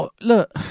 Look